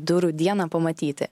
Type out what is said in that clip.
durų dieną pamatyti